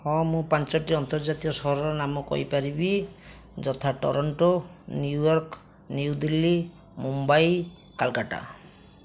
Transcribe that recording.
ହଁ ମୁଁ ପାଞ୍ଚଟି ଆନ୍ତର୍ଜାତୀୟ ସହରର ନାମ କହିପାରିବି ଯଥା ଟୋରୋଣ୍ଟୋ ନ୍ୟୁୟର୍କ ନ୍ୟୁଦିଲ୍ଲୀ ମୁମ୍ବାଇ କୋଲକାତା